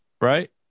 right